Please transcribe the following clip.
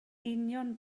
union